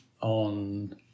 on